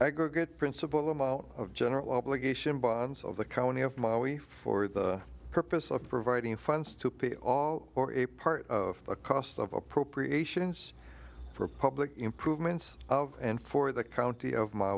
aggregate principal amount of general obligation bonds of the county of my way for the purpose of providing funds to pay all or a part of the cost of appropriations for public improvements and for the county of my